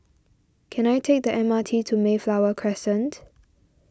can I take the M R T to Mayflower Crescent